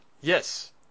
Yes